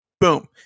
Boom